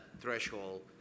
threshold